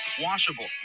washable